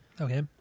Okay